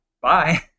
Bye